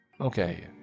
okay